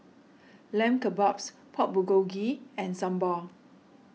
Lamb Kebabs Pork Bulgogi and Sambar